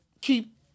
keep